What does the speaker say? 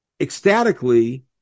ecstatically